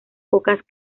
pocas